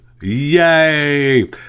Yay